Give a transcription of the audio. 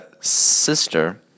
sister